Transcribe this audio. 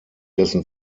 dessen